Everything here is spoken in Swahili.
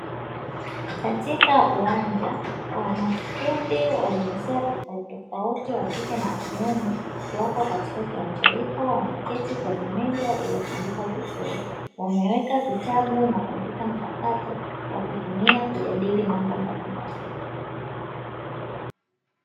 Katika uwanja wanakikundi wa jinsia tofauti tofauti wakike na wakiume wako katika kiwanja hiko weketi kwenye meza zilizotandikwa vizuri, wameweka vitabu na kompyuta mpakato wakitumia kujadili mambo mbalimbali.